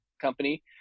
company